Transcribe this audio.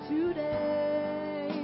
Today